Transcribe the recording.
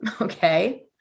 okay